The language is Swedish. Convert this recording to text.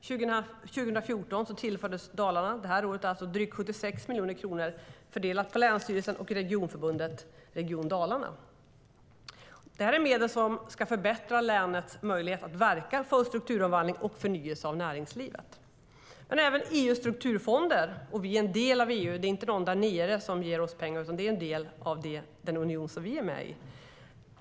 År 2014 - det här året alltså - tillfördes Dalarna drygt 76 miljoner kronor fördelat på länsstyrelsen och regionförbundet Region Dalarna. Detta är medel som ska förbättra länets möjlighet att verka för en strukturomvandling och en förnyelse av näringslivet. Det gäller även EU:s strukturfonder, och vi är en del av EU. Det är inte de där nere som ger oss pengar, utan det är en del av den union som vi är med i.